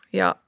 ja